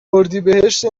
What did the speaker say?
اردیبهشت